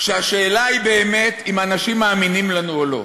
שהשאלה היא באמת אם אנשים מאמינים לנו או לא.